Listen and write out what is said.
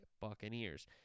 Buccaneers